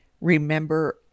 remember